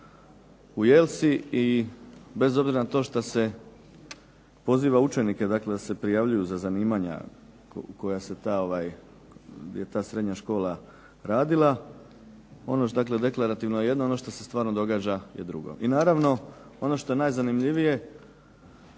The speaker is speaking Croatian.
u Jelsi i bez obzira na to šta se poziva učenike, dakle da se prijavljuju za zanimanja koja se ta di je ta srednja škola radila. Ono dakle deklarativno jedno ono što se stvarno događa je drugo. I naravno ono što je najzanimljivije